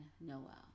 Noel